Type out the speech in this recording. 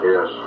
Yes